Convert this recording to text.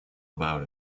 about